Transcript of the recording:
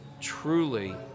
truly